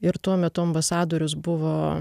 ir tuo metu ambasadorius buvo